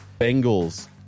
Bengals